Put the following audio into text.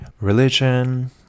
Religion